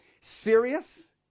serious